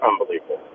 unbelievable